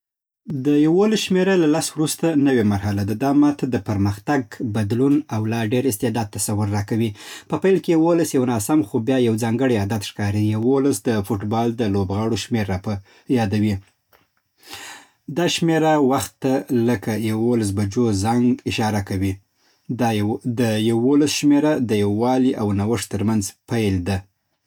د یولس شمېره له لس وروسته، نوې مرحله ده. دا ماته د پرمختګ، بدلون او لا ډېر استعداد تصور راکوي. په پيل کې یولس یو ناسم، خو بیا یو ځانګړی عدد ښکاري. یولس د فوټبال د لوبغاړو شمېر راپه یادوي. دا شمېره وخت ته، لکه د یولس بجو زنګ، اشاره کوي. دا دیولس شمېره د یووالي او نوښت تر منځ پل ده.